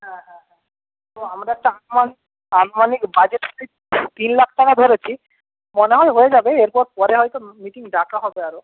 হ্যাঁ হ্যাঁ হ্যাঁ তো আমরা একটা আনুমানিক বাজেট ধরেছি তিন লাখ টাকা ধরেছি মনে হয় হয়ে যাবে এরপর পরে হয়তো মিটিং ডাকা হবে আরও